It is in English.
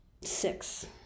six